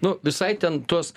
nu visai ten tuos